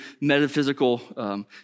metaphysical